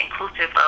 inclusive